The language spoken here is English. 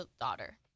daughter